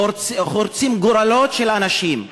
חורצים גורלות של אנשים,